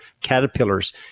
caterpillars